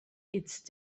east